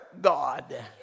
God